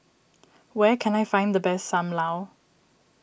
where can I find the best Sam Lau